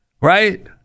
Right